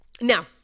now